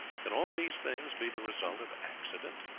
can all these things be the result of accident?